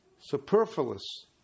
superfluous